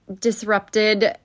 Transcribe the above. disrupted